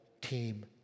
team